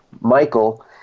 Michael